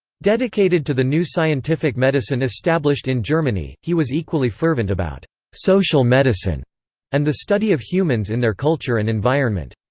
dedicated to the new scientific medicine established in germany, he was equally fervent about social medicine and the study of humans in their culture and environment.